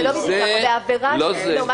לא, לא.